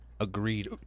Agreed